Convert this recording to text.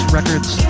Records